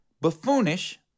buffoonish